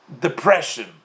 depression